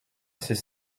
assez